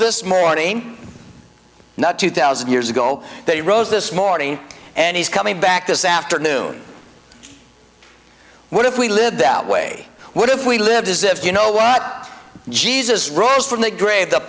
this morning not two thousand years ago that he rose this morning and he's coming back this afternoon what if we live that way what if we live as if you know what jesus rose from the